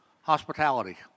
hospitality